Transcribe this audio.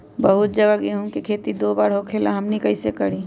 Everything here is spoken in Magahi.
बहुत जगह गेंहू के खेती दो बार होखेला हमनी कैसे करी?